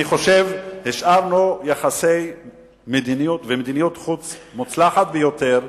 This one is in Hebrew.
אני חושב שהשארנו יחסי מדיניות ומדיניות חוץ מוצלחים ביותר,